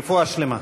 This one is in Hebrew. רפואה שלמה.